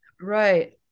right